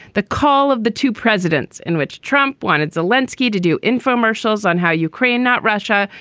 the call of the two presidents in which trump wanted zelinsky to do infomercials on how ukraine, not russia,